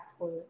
impactful